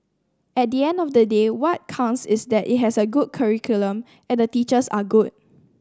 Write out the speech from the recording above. at the end of the day what counts is that it has a good curriculum and the teachers are good